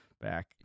back